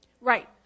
Right